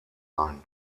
ein